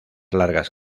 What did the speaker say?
largas